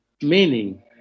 meaning